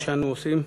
מה שאנו עושים,